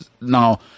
now